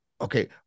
okay